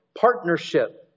Partnership